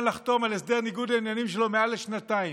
לחתום על הסדר ניגוד העניינים שלו מעל לשנתיים.